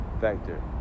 factor